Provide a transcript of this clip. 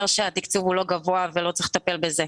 שהתקצוב הוא לא גבוה ולא צריך לטפל בזה.